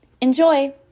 Enjoy